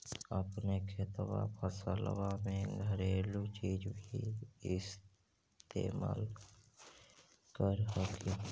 अपने खेतबा फसल्बा मे घरेलू चीज भी इस्तेमल कर हखिन?